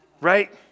right